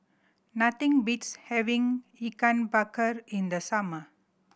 nothing beats having Ikan Bakar in the summer